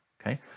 okay